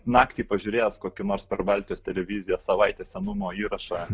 naktį pažiūrėjęs kokį nors per baltijos televiziją savaitės senumo įrašą